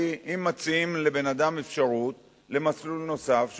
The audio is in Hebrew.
כי אם מציעים לבן-אדם אפשרות למסלול נוסף,